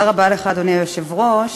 אדוני היושב-ראש,